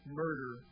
murder